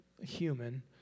human